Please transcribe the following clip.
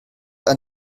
ein